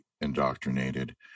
indoctrinated